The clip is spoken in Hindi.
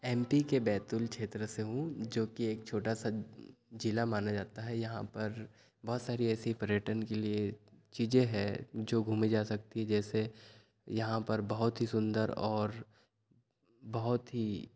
एम पी के बैतूल क्षेत्र से हूँ जो कि एक छोटा सा जिला माना जाता है यहाँ पर बहुत सारी ऐसी पर्यटन के लिए चीजें हैं जो घूमे जा सकती हैं जैसे यहाँ पर बहुत ही सुंदर और बहुत ही